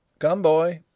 come, boy.